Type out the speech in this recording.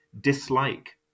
dislike